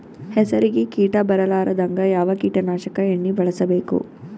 ಹೆಸರಿಗಿ ಕೀಟ ಬರಲಾರದಂಗ ಯಾವ ಕೀಟನಾಶಕ ಎಣ್ಣಿಬಳಸಬೇಕು?